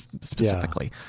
specifically